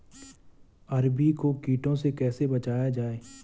अरबी को कीटों से कैसे बचाया जाए?